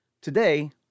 Today